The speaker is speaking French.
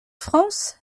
france